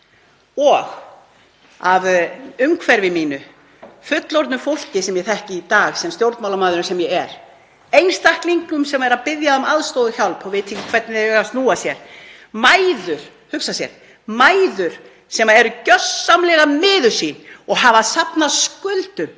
og úr umhverfi mínu, frá fullorðnu fólki sem ég þekki í dag, sem stjórnmálamaðurinn sem ég er, einstaklingum sem eru að biðja um aðstoð og hjálp og vita ekki hvernig á að snúa sér; mæðrum sem eru gjörsamlega niður sín og hafa safnað skuldum